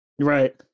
right